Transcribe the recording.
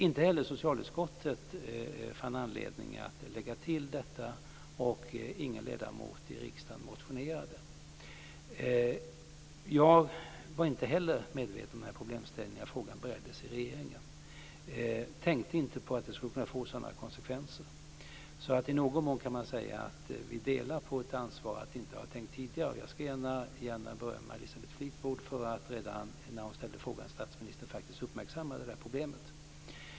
Inte heller socialutskottet fann anledning att lägga till detta, och ingen ledamot av riksdagen motionerade. Jag var inte heller medveten om den här problemställningen när frågan bereddes i regeringen. Jag tänkte inte på att det skulle kunna bli sådana konsekvenser. I någon mån kan man alltså säga att vi delar på ett ansvar för att vi inte har tänkt tidigare. Jag skall gärna berömma Elisabeth Fleetwood för att hon redan när hon ställde frågan till statsministern faktiskt uppmärksammade det här problemet.